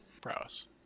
prowess